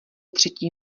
třetí